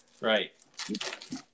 Right